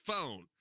phone